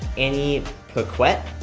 annie paquette,